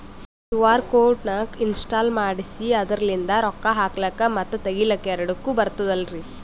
QR code ನ install ಮಾಡೆಸಿ ಅದರ್ಲಿಂದ ರೊಕ್ಕ ಹಾಕ್ಲಕ್ಕ ಮತ್ತ ತಗಿಲಕ ಎರಡುಕ್ಕು ಬರ್ತದಲ್ರಿ?